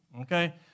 okay